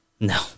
no